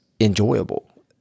enjoyable